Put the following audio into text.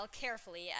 carefully